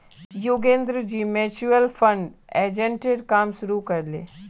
योगेंद्रजी mutual fund एजेंटेर काम शुरू कर ले